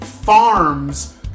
farms